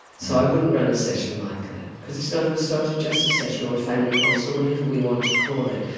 so i wouldn't run a session like that because it's not a restorative justice session or a family consult, so whatever we want to call it.